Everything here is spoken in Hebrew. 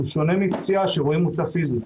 והוא שונה מפציעה פיזית.